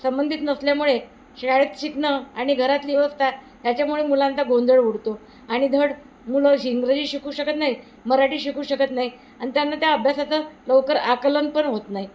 संबंधित नसल्यामुळे शाळेत शिकणं आणि घरातली व्यवस्था ह्याच्यामुळे मुलांचा गोंधळ उडतो आणि धड मुलं इंग्रजी शिकू शकत नाही मराठी शिकू शकत नाही आणि त्यांना त्या अभ्यासाचं लवकर आकलन पण होत नाही